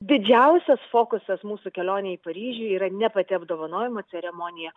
didžiausias fokusas mūsų kelionė į paryžių yra ne pati apdovanojimų ceremonija